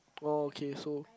oh okay so